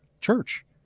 Church